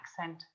accent